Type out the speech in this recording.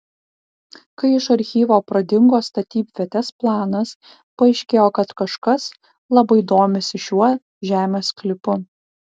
kai iš archyvo pradingo statybvietės planas paaiškėjo kad kažkas labai domisi šiuo žemės sklypu